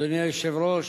אדוני היושב-ראש,